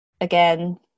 again